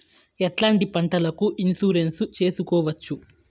ఎట్లాంటి పంటలకు ఇన్సూరెన్సు చేసుకోవచ్చు?